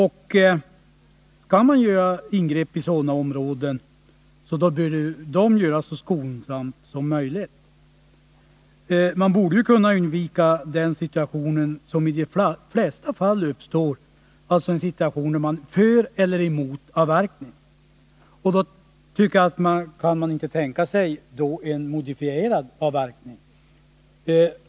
Skall man göra ingrepp i sådana här områden bör det göras så skonsamt som möjligt. Man borde kunna undvika den situation som i de flesta fall uppstår — att man är antingen för eller emot en avverkning. Kan man inte tänka sig en modifierad avverkning?